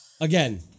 Again